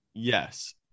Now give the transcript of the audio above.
Yes